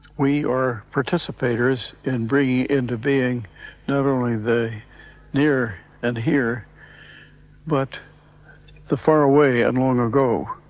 we are participators in bringing into being not only the near and here but the far away and long ago.